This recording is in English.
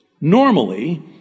Normally